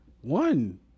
One